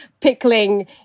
pickling